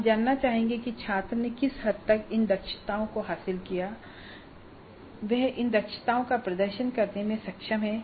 हम जानना चाहेंगे कि छात्र ने किस हद तक इन दक्षताओं को हासिल किया है और वह इन दक्षताओं का प्रदर्शन करने में सक्षम है